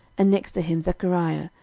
and next to him zechariah,